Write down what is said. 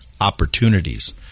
opportunities